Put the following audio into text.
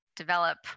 develop